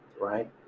right